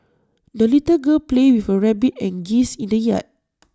the little girl played with her rabbit and geese in the yard